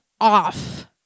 off